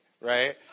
right